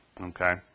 okay